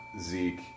Zeke